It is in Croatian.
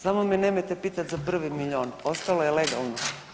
Samo ne nemojte pitati za prvi miljon ostalo je legalno.